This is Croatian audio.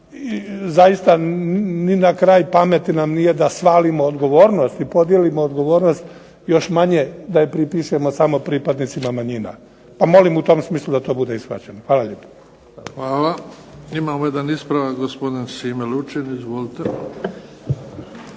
zaista ni na kraj pameti nam nije da svalimo odgovornost i podijelimo odgovornost, još manje da je pripišemo samo pripadnicima manjinama. Pa molim u tom smislu da to bude i shvaćeno. Hvala lijepo. **Bebić, Luka (HDZ)** Hvala. Imamo jedan ispravak, gospodin Šime Lučin. Izvolite.